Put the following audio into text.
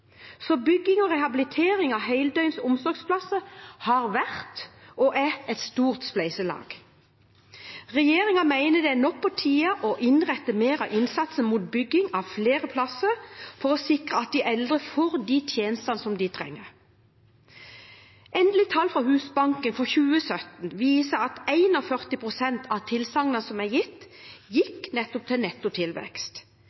Bygging og rehabilitering av heldøgns omsorgsplasser har vært og er et stort spleiselag. Regjeringen mener det nå er på tide å rette mer av innsatsen mot bygging av flere plasser for å sikre at de eldre får de tjenestene de trenger. Endelige tall fra Husbanken for 2017 viser at 4l pst. av tilsagnene som er gitt,